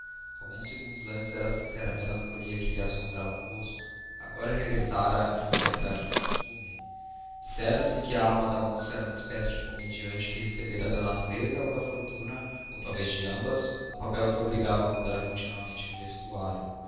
alguns segundos antes era sincera a melancolia que lhe ensombrava o rosto agora regressara à jovialidade de costume disserase que a alma da moça era uma espécie de comediante que recebera da natureza ou da fortuna ou talvez de ambas um papel que a obrigava a mudar continuamente de vestuário